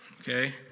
Okay